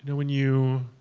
when you,